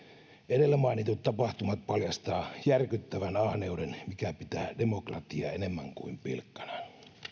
edellä mainitut tapahtumat paljastavat järkyttävän ahneuden joka pitää demokratiaa enemmän kuin pilkkanaan